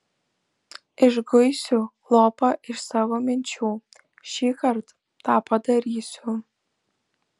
išguisiu lopą iš savo minčių šįkart tą padarysiu